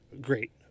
great